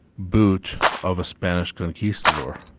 boot of a spanish conquistador.